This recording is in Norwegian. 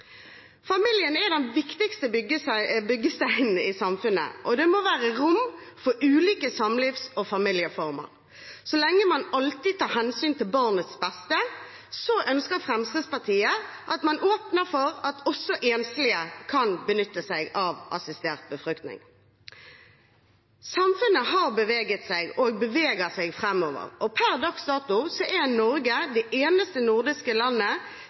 Familien er den viktigste byggesteinen i samfunnet, og det må være rom for ulike samlivs- og familieformer. Så lenge man alltid tar hensyn til barnets beste, ønsker Fremskrittspartiet at man åpner for at også enslige kan benytte seg av assistert befruktning. Samfunnet har beveget seg, og beveger seg, framover. Per dags dato er Norge det eneste nordiske landet